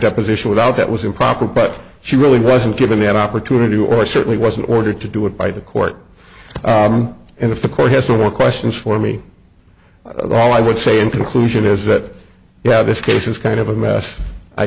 deposition without that was improper but she really wasn't given that opportunity or certainly wasn't ordered to do it by the court and if the court has more questions for me all i would say in conclusion is that yeah this case is kind of a mess i